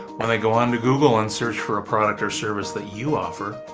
when they go onto google and search for a product or service that you offer,